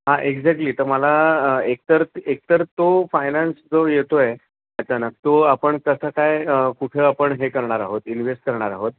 हां एक्झॅक्टली तर मला एकतर एकतर तो फायनाॅन्स जो येतोय अचानक तो आपण कसं काय कुठे आपण हे करणार आहोत इन्ववेहेस्ट करणार आहोत